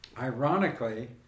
Ironically